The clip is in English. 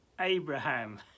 Abraham